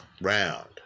round